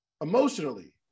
emotionally